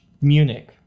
Munich